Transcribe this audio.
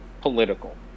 political